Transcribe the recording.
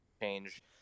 change